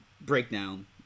breakdown